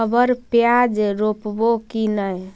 अबर प्याज रोप्बो की नय?